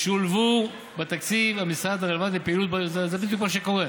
ישולבו בתקציב המשרד הרלוונטי לפעילות בה יועדו" זה בדיוק מה שקורה.